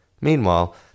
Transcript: Meanwhile